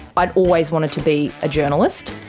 i'd always wanted to be a journalist,